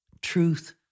Truth